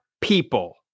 people